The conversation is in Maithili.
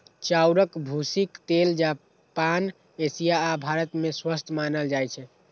चाउरक भूसीक तेल जापान, एशिया आ भारत मे स्वस्थ मानल जाइ छै